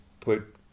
put